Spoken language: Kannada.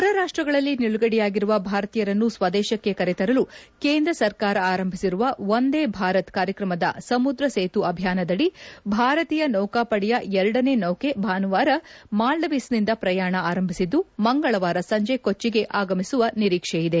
ಹೊರರಾಷ್ಷಗಳಲ್ಲಿ ನಿಲುಗಡೆಯಾಗಿರುವ ಭಾರತೀಯರನ್ನು ಸ್ವದೇಶಕ್ಕೆ ಕರೆತರಲು ಕೇಂದ್ರ ಸರ್ಕಾರ ಆರಂಭಿಸಿರುವ ವಂದೇ ಭಾರತ್ ಕಾರ್ಯಕ್ರಮದ ಸಮುದ್ರಸೇತು ಅಭಿಯಾನದಡಿ ಭಾರತೀಯ ಸೌಕಾಪಡೆಯ ಎರಡನೇ ಸೌಕೆ ಭಾಸುವಾರ ಮಾಲ್ಡೀವ್ಸ್ನಿಂದ ಪ್ರಯಾಣ ಆರಂಭಿಸಿದ್ಲು ಮಂಗಳವಾರ ಸಂಜೆ ಕೊಚ್ಚಿಗೆ ಆಗಮಿಸುವ ನಿರೀಕ್ಷೆ ಇದೆ